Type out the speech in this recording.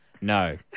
No